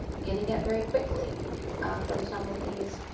getting it very quickly from some of these,